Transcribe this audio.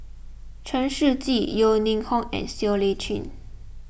Chen Shiji Yeo Ning Hong and Siow Lee Chin